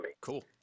Cool